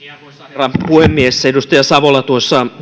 herra puhemies edustaja savola